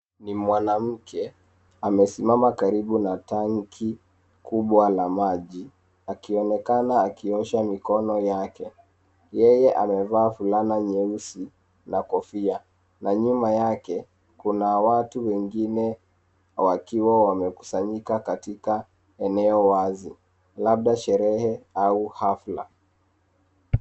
Ni mwanamke amesimama karibu na tanki kubwa la maji, akionekana akiosha mikono yake. Yeye amevaa fulana nyeusi na kofia. Na nyuma yake, kuna watu wengine wakiwa wamekusanyika katika eneo wazi. Labda sherehe au hafla.